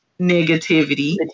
negativity